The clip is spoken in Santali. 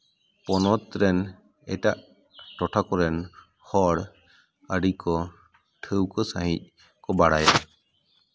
ᱯᱚᱱᱚᱛ ᱨᱮᱱ ᱮᱴᱟᱜ ᱴᱚᱴᱷᱟ ᱠᱚᱨᱮᱱ ᱦᱚᱲ ᱟᱹᱰᱤ ᱠᱚ ᱴᱷᱟᱹᱣᱠᱟᱹ ᱥᱟᱹᱦᱤᱡ ᱠᱚ ᱵᱟᱲᱟᱭᱟ